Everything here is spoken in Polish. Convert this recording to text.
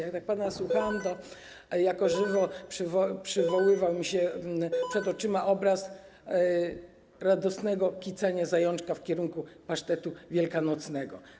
Jak tak pana słuchałam, to jako żywo pojawił mi się przed oczyma obraz radosnego kicania zajączka w kierunku pasztetu wielkanocnego.